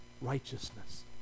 righteousness